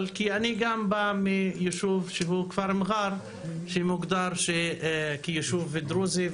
ואני גם בא מיישוב שמוגדר כיישוב דרוזי.